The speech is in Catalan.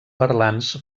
parlants